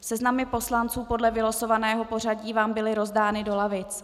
Seznamy poslanců podle vylosovaného pořadí vám byly rozdány do lavic.